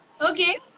Okay